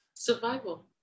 Survival